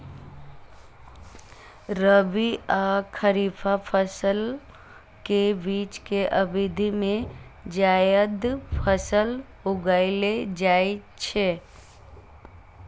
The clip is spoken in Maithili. रबी आ खरीफ फसल के बीच के अवधि मे जायद फसल उगाएल जाइ छै